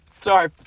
Sorry